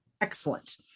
Excellent